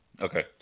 Okay